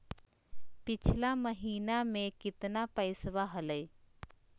पिछला महीना मे कतना पैसवा हलय?